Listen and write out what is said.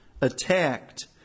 attacked